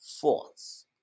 force